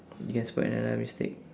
we can spot another mistake